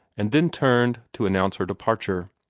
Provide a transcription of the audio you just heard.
and then turned to announce her departure.